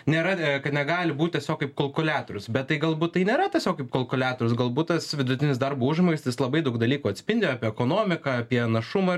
nėra kad negali būt tiesiog kaip kalkuliatorius bet tai galbūt tai nėra tiesiog kaip kalkuliatorius galbūt tas vidutinis darbo užmokestis labai daug dalykų atspindi apie ekonomiką apie našumą